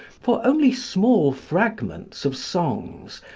for only small fragments of songs,